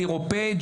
אירופאי,